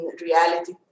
reality